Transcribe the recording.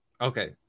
Okay